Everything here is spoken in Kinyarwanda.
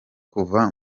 kuva